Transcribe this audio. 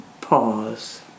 pause